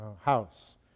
house